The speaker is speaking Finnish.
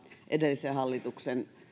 edellisen hallituksen